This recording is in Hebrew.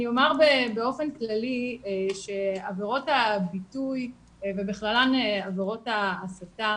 אני אומר באופן כללי שעבירות הביטוי ובכללן עבירות ההסתה